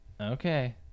okay